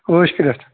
عٲش کٔرِتھ